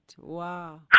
Wow